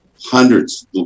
hundreds